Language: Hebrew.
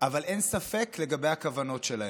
אבל אין ספק לגבי הכוונות שלהם.